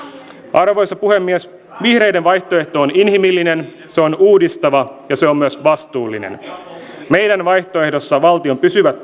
arvoisa puhemies vihreiden vaihtoehto on inhimillinen se on uudistava ja se on myös vastuullinen meidän vaihtoehdossamme valtion pysyvät